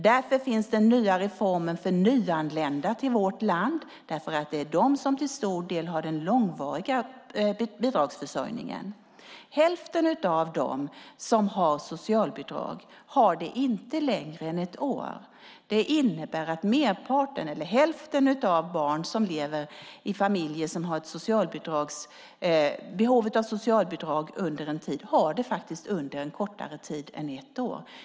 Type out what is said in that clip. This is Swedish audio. Därför finns den nya reformen för nyanlända till vårt land, därför att det är de som till stor del har den långvariga bidragsförsörjningen. Hälften av dem som har socialbidrag har det inte längre än ett år. Det innebär att merparten, eller hälften, av de barn som lever i familjer som har behov av socialbidrag under en tid faktiskt har det under en kortare tid än ett år.